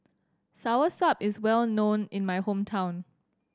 Soursop is well known in my hometown